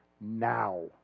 now